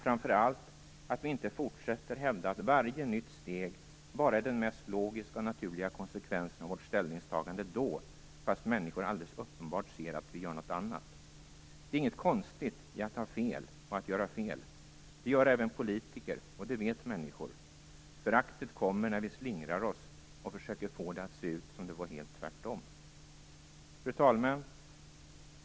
Framför allt kan vi inte fortsätta att hävda att varje nytt steg bara är den mest logiska och naturliga konsekvensen av vårt ställningstagande då, fast människor alldeles uppenbart ser att vi gör något annat. Det är inget konstigt i att ha fel och att göra fel. Det gör även politiker, och det vet människor. Föraktet kommer när vi slingrar oss och försöker få det att se ut som om det vore helt tvärtom. Fru talman!